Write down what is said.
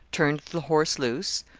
turned the horse loose,